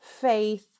faith